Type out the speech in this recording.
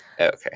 Okay